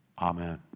Amen